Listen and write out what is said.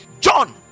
John